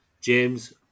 James